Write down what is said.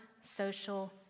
social